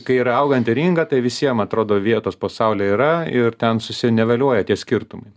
kai yra auganti ringa tai visiem atrodo vietos pasaulyje yra ir ten susineveliuoja tie skirtumai